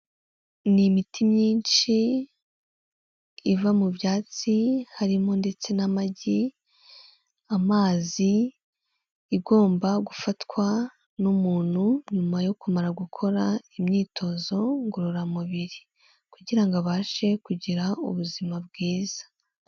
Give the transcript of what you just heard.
Ni imiti myinshi iva mu byatsi, harimo ndetse n'amagi, amazi, igomba gufatwa n'umuntu nyuma yo kumara gukora imyitozo ngororamubiri, kugirango abashe kugira ubuzima bwiza.